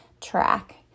track